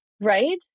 Right